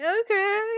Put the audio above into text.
okay